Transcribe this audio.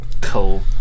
cool